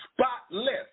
spotless